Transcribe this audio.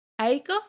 Aiko